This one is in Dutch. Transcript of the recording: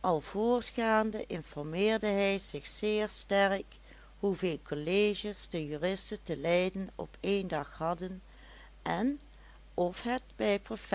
al voortgaande informeerde hij zich zeer sterk hoeveel colleges de juristen te leiden op één dag hadden en of het bij prof